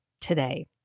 today